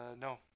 no